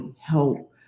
Help